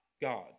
God